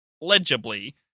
legibly